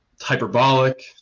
Hyperbolic